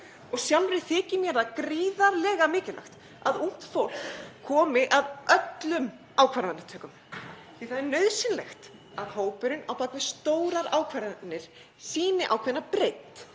Og sjálfri þykir mér það gríðarlega mikilvægt að ungt fólk taki þátt í öllum ákvarðanatökum. Því að það er nauðsynlegt að hópurinn á bak við stórar ákvarðanir sýni ákveðna breidd